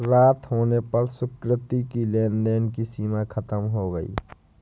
रात होने पर सुकृति की लेन देन की सीमा खत्म हो गई